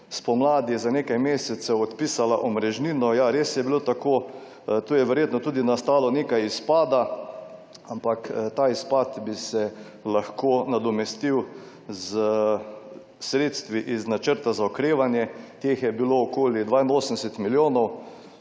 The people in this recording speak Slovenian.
spomladi za nekaj mesecev odpisala omrežnino. Ja, res je bilo tako, tu je verjetno tudi nastalo nekaj izpada, ampak ta izpad bi se lahko nadomestil s sredstvi iz načrta za okrevanje. Teh je bilo okoli 82 milijonov.